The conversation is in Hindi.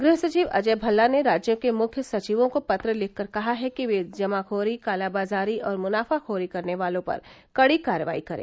गृह सचिव अजय भल्ला ने राज्यों के मुख्य सचिवों को पत्र लिखकर कहा है कि वे जमाखोरी काला बाजारी और मुनाफाखोरी करने वालों पर कड़ी कार्रवाई करें